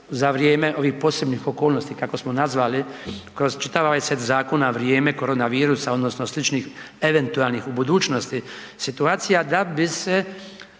za vrijeme ovih posebnih okolnosti kako smo nazvali kroz čitav ovaj set zakona, vrijeme korona virusa odnosno sličnih eventualnih u budućnosti situacija da bi se